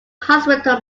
hospital